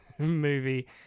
movie